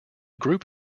group